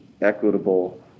equitable